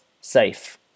safe